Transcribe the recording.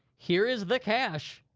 here is the cash.